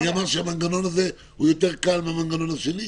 מי אמר שהמנגנון הזה הוא יותר קל מהמנגנון השני?